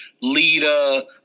Lita